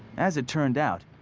as it turned out,